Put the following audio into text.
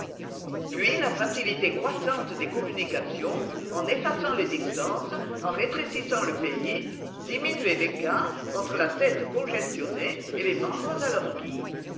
puis la facilité croissante des communications en effaçant les distances en rétrécissant le pays diminuait l'écart entre la tête congestionnée et les membres alanguis